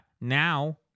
now